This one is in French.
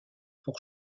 pour